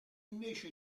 invece